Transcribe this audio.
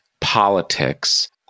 politics